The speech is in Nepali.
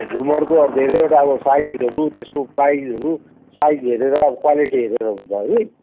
झुमरको आबो धेरैवटा अब साइजहरू त्यसको प्राइसहरू साइज हेरेर क्वालेटि हेरेर हुन्छ है